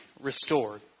restored